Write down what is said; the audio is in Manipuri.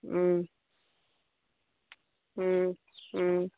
ꯎꯝ ꯎꯝ ꯎꯝ